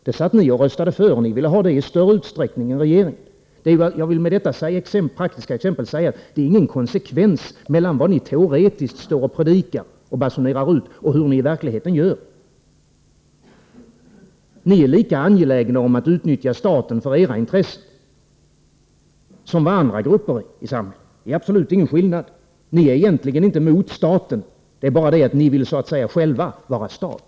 Detta anslag röstade ni för, och ni ville ha ett större anslag än regeringen. Jag vill med detta praktiska exempel visa att det inte är någon konsekvens mellan vad ni teoretiskt står och predikar och basunerar ut och vad ni i verkligheten gör. Ni är lika angelägna om att utnyttja staten för era intressen som andra grupper i samhället är. Det är absolut ingen skillnad. Ni är egentligen inte mot staten. Ni vill bara själva vara stat.